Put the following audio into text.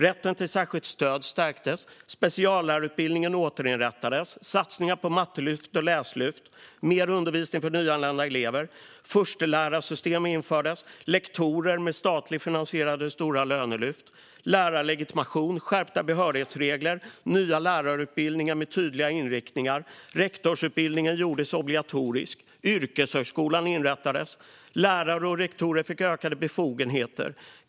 Rätten till särskilt stöd stärktes, speciallärarutbildningen återinrättades och det gjordes satsningar på mattelyft och läslyft samt på mer undervisning för nyanlända elever. Det infördes ett förstelärarsystem och lektorer, med statligt finansierade stora lönelyft. Det infördes lärarlegitimation, skärpta behörighetsregler och nya lärarutbildningar med tydliga inriktningar. Rektorsutbildningen gjordes obligatorisk. Yrkeshögskolan inrättades. Lärare och rektorer fick ökade befogenheter.